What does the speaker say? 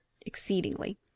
exceedingly